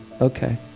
okay